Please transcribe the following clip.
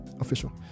official